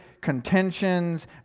contentions